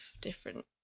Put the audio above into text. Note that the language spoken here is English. different